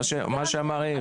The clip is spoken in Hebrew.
מה שאמר יאיר.